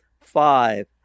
five